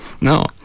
No